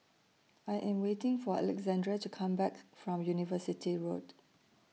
I Am waiting For Alexandra to Come Back from University Road